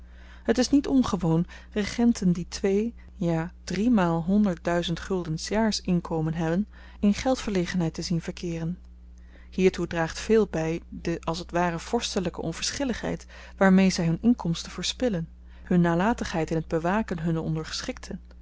het is niet ongewoon regenten die twee ja driemaal honderd duizend gulden s jaars inkomen hebben in geldverlegenheid te zien verkeeren hiertoe draagt veel by de als t ware vorstelyke onverschiligheid waarmee zy hun inkomsten verspillen hun nalatigheid in t bewaken